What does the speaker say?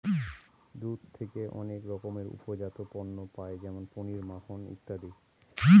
দুধ থেকে অনেক রকমের উপজাত পণ্য পায় যেমন পনির, মাখন ইত্যাদি